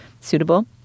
suitable